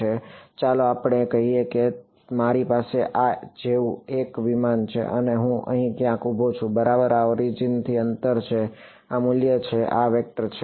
તેથી ચાલો આપણે કહીએ કે મારી પાસે આ જેવું જ એક વિમાન છે અને હું અહીં ક્યાંક ઉભો છું બરાબર આ ઓરિજિનથી અંતર છે આ મૂલ્ય છે આ વેક્ટર છે